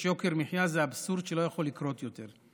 יוקר מחיה זה אבסורד שלא יכול לקרות יותר.